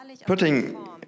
putting